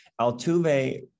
Altuve